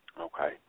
Okay